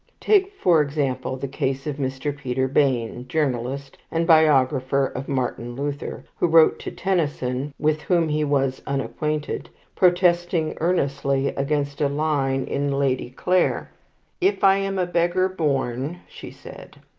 take, for example, the case of mr. peter bayne, journalist, and biographer of martin luther, who wrote to tennyson with whom he was unacquainted protesting earnestly against a line in lady clare if i'm a beggar born she said.